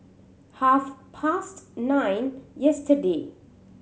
half past nine yesterday